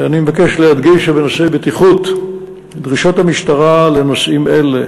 אני מבקש להדגיש שבנושאי בטיחות דרישות המשטרה לנושאים אלה